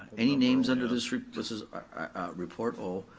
any names under this, this is report o,